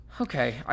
Okay